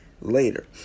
later